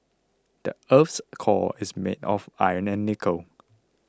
the earth's core is made of iron and nickel